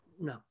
no